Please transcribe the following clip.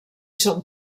són